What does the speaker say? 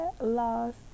lost